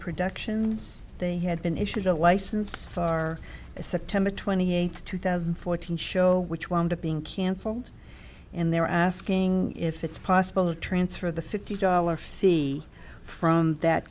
productions they had been issued a license far as september twenty eighth two thousand and fourteen show which wound up being canceled and they're asking if it's possible to transfer the fifty dollars fee from that